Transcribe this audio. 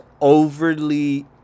overly